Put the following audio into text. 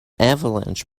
avalanche